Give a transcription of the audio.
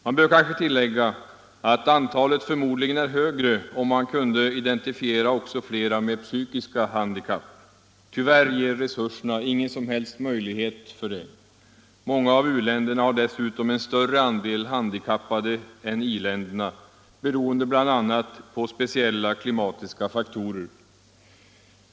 Det bör kanske tilläggas att antalet förmodligen är högre, om man kunde identifiera också flera med psykiska handikapp. Tyvärr ger resurserna ingen som helst möjlighet till detta. Många av u-länderna har dessutom en större andel handikappade än i-länderna, beroende bl.a. på speciella klimatiska faktorer.